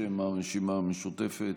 בשם הרשימה המשותפת.